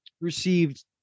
received